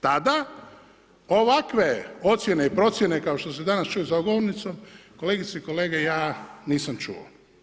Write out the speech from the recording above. Tada ovakve ocjene i procjene kao što se danas čuju sa ovom govornicom, kolegice i kolege ja nisam čuo.